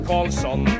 Carlson